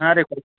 ಹಾಂ ರೀ